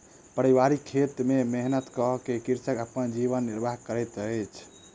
पारिवारिक खेत में मेहनत कअ के कृषक अपन जीवन निर्वाह करैत अछि